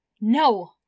No